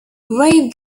grave